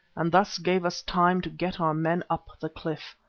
and thus gave us time to get our men up the cliff.